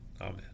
Amen